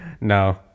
No